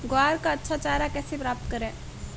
ग्वार का अच्छा चारा कैसे प्राप्त करें?